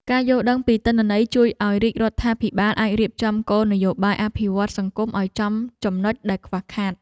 ការយល់ដឹងពីទិន្នន័យជួយឱ្យរាជរដ្ឋាភិបាលអាចរៀបចំគោលនយោបាយអភិវឌ្ឍន៍សង្គមឱ្យចំចំណុចដែលខ្វះខាត។